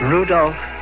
Rudolph